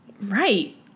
Right